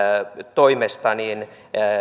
toimesta